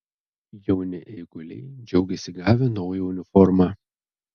jauni eiguliai džiaugiasi gavę naują uniformą